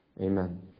Amen